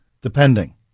depending